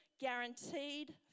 guaranteed